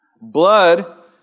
Blood